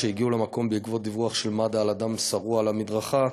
אשר הגיעו למקום בעקבות דיווח של מד"א על אדם שרוע על המדרכה,